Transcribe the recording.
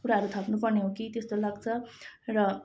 कुराहरू थप्नुपर्ने हो कि त्यस्तो लाग्छ र